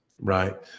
right